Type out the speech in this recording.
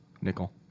nickel